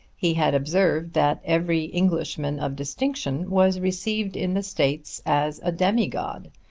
he had observed that every englishman of distinction was received in the states as a demigod,